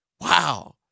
wow